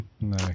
No